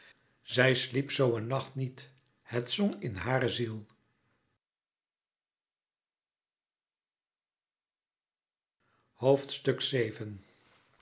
zij sliep zoo een nacht niet het zong in hare ziel